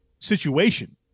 situation